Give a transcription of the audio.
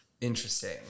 Interesting